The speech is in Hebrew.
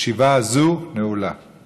בבחירות המקומיות תעבור לוועדת הפנים של הכנסת.